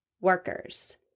workers